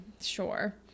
sure